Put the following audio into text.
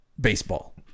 Baseball